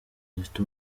zifite